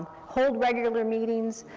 hold regular meetings,